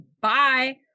bye